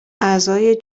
اعضای